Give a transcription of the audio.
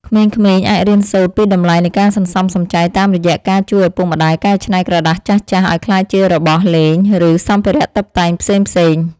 ក្មេងៗអាចរៀនសូត្រពីតម្លៃនៃការសន្សំសំចៃតាមរយៈការជួយឪពុកម្ដាយកែច្នៃក្រដាសចាស់ៗឱ្យក្លាយជារបស់លេង ឬ សម្ភារៈតុបតែងផ្សេងៗ។